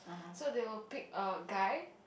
so they will pick a guy